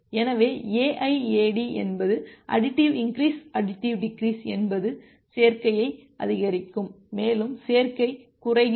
எனவே AIAD என்பது additive increase additive decrease என்பது சேர்க்கையாக அதிகரிக்கும் மேலும் சேர்க்கை குறைகிறது